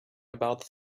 about